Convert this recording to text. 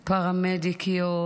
פראמדיקיות,